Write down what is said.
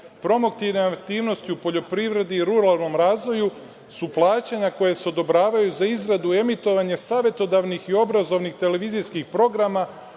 promotivne aktivnosti u poljoprivredi i ruralnom razvoju su plaćanja koja se odobravaju za izradu i emitovanje savetodavnih i obrazovnih televizijskih programa